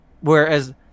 whereas